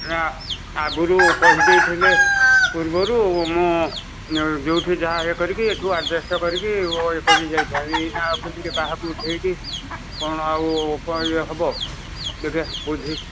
ନା ଆଗରୁ କହିଦେଇଥିଲେ ପୂର୍ବରୁ ମୁଁ ଯୋଉଠି ଯାହା ଇଏ କରିକି ଏଠୁ ଆଡଜଷ୍ଟ କରିକି ଇଏ କରି ଦେଇଥାନ୍ତି କେମିତି କାହାକୁ ଉଠେଇକି କ'ଣ ଆଉ ଇଏ ହେବ ଦେଖେ ବୁଝେ